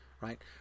right